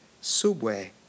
Subway